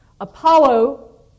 Apollo